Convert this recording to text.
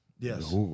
Yes